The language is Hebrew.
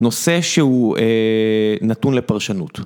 נושא שהוא נתון לפרשנות.